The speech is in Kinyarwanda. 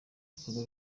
bikorwa